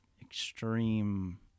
extreme